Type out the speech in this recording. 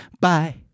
Bye